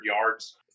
yards